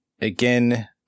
again